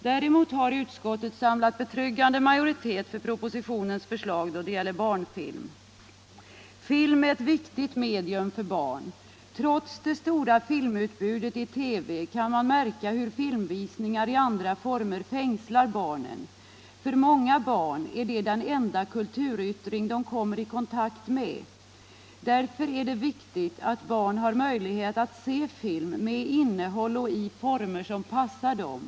Däremot har utskottet samlat betryggande majoritet för propositionens förslag då det gäller barnfilm. Film är ett viktigt medium för barn. Trots det stora filmutbudet i TV kan man märka hur filmvisningar i andra former fängslar barnen. För många barn är det den enda kulturyttring de kommer i kontakt med. Därför är det viktigt att barn har möjlighet att se film med innehåll och i former som passar dem.